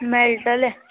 मेळटलें